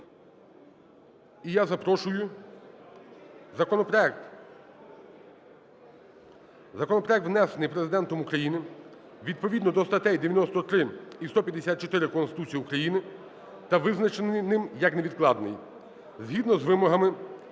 Законопроект, законопроект внесений Президентом України відповідно до статей 93 і 154 Конституції України та визначений ним як невідкладний. Згідно з вимогами